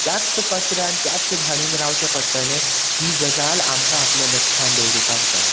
त्याच कचऱ्यान त्याच घाणीन रावचें पडटलें ही गजाल आमकां आपलें लक्षान दवरुपाक जाय